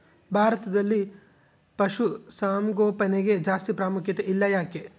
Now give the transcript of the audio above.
ಭಾರತದಲ್ಲಿ ಪಶುಸಾಂಗೋಪನೆಗೆ ಜಾಸ್ತಿ ಪ್ರಾಮುಖ್ಯತೆ ಇಲ್ಲ ಯಾಕೆ?